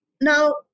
Now